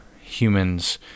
humans